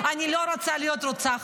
אני לא רוצה להיות רוצחת,